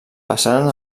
passaren